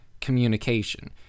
communication